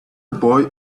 boy